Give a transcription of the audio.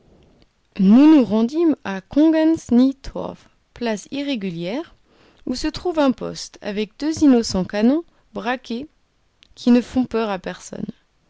nous nous rendîmes à kongens nye torw place irrégulière où se trouve un poste avec deux innocents canons braqués qui ne font peur à personne